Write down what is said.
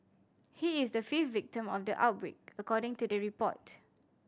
he is the fifth victim of the outbreak according to the report